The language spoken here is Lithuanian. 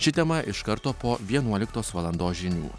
ši tema iš karto po vienuoliktos valandos žinių